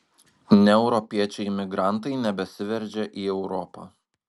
ne europiečiai imigrantai nebesiveržia į europą